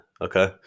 Okay